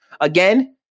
Again